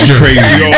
crazy